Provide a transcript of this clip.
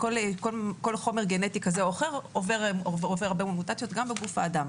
כל חומר גנטי כזה או אחר עובר הרבה מוטציות גם בגוף האדם.